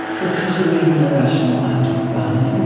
because we're leaving the rational mind behind.